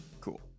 cool